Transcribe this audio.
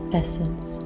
essence